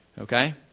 okay